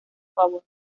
favor